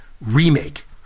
remake